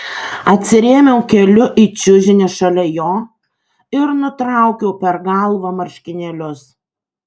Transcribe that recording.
atsirėmiau keliu į čiužinį šalia jo ir nutraukiau per galvą marškinėlius